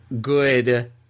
good